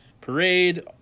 Parade